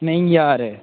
नेईं यार